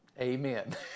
Amen